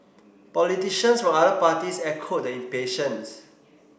politicians from other parties echoed the impatience